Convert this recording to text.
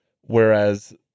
whereas